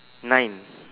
nine